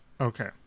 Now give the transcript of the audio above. Okay